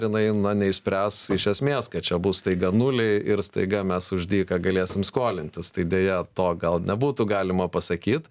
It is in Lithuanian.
jinai man neišspręs iš esmės kad čia bus staiga nuliai ir staiga mes už dyką galėsim skolintis tai deja to gal nebūtų galima pasakyt